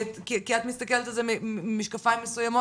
כי את מסתכלת על זה דרך משקפיים מסוימים